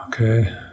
Okay